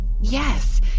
Yes